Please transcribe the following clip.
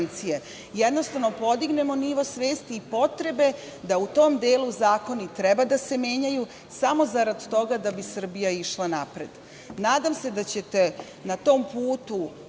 jednostavno, podignemo nivo svesti i potrebe da u tom delu zakoni treba da se menjaju samo zarad toga da bi Srbija išla napred. Nadam se da ćete na tom putu